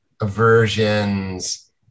aversions